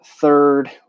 Third